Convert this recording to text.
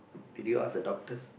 did you ask the doctors